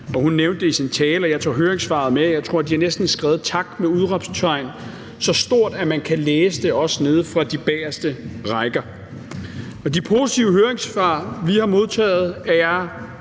Hun nævnte det i sin tale, og jeg tog høringssvaret med: De har skrevet tak med et udråbstegn så stort, at jeg næsten tror, man også kan læse det nede fra de bagerste rækker. De positive høringssvar, vi har modtaget, er